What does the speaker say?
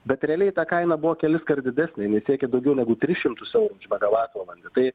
bet realiai ta kaina buvo keliskart didesnė jinai siekė daugiau negu tris šimtus eurų už megavatvalandę tai